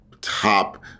top